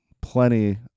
plenty